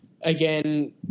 again